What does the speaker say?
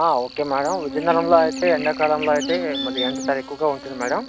okay madam విజయనగరంలో అయితే ఎండాకాలంలో అయితే మరి ఎండ చాల ఎక్కువగా ఉంటుంది మ్యాడం